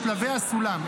"שלבי הסולם".